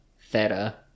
theta